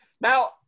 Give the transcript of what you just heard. Now